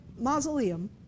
mausoleum